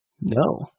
No